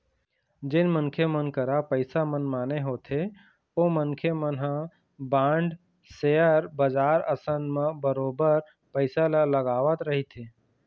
जेन मनखे मन करा पइसा मनमाने होथे ओ मनखे मन ह बांड, सेयर बजार असन म बरोबर पइसा ल लगावत रहिथे